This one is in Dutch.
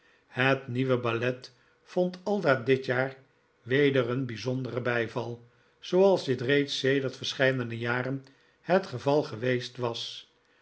het nieuwe ballet vond aldaar dit jaar weder een bijzonderen bijval zooals dit reeds sedert verscheiden jaren het geval geweest was